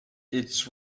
its